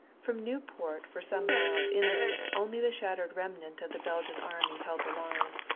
from nieuport for some miles inland only the shattered remnant of the belgian army held the line.